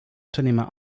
unternehmer